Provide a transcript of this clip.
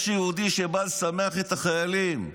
יש יהודי שבא לשמח את החיילים.